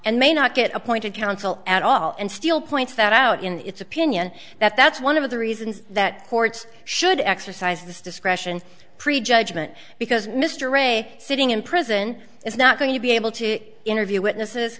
and may not get appointed counsel at all and still points that out in its opinion that that's one of the reasons that courts should exercise this discretion prejudgment because mr ray sitting in prison is not going to be able to interview witnesses